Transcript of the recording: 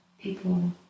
people